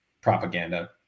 propaganda